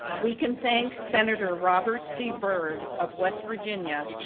we can thank senator robert c. byrd of west virginia,